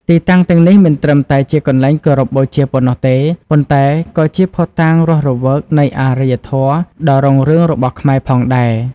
ទីតាំងទាំងនេះមិនត្រឹមតែជាកន្លែងគោរពបូជាប៉ុណ្ណោះទេ ប៉ុន្តែក៏ជាភស្តុតាងរស់រវើកនៃអរិយធម៌ដ៏រុងរឿងរបស់ខ្មែរផងដែរ។